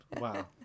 wow